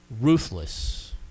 ruthless